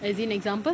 as in example